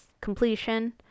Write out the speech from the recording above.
completion